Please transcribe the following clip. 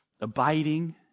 abiding